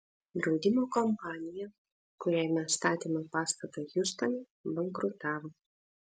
draudimo kompanija kuriai mes statėme pastatą hjustone bankrutavo